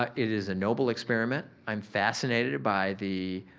ah it is a noble experiment. i'm fascinated by the